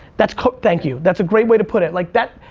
that's correct, thank you. that's a great way to put it, like that,